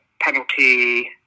penalty